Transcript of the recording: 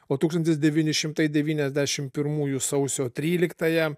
o tūkstantis devyni šimtai devyniasdešim pirmųjų sausio tryliktąją